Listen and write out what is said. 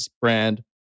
brand